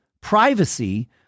privacy